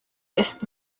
ist